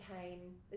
came